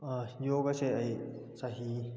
ꯌꯣꯒꯁꯦ ꯑꯩ ꯆꯍꯤ